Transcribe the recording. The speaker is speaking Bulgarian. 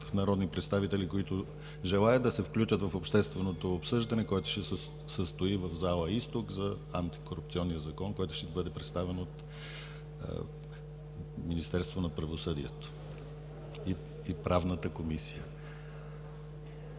могат народни представители, които желаят, да се включат в общественото обсъждане, което ще се състои в зала „Изток“, за антикорупционния закон, който ще бъде представен от Министерството на правосъдието и Правната комисия.